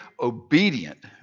obedient